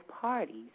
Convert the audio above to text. parties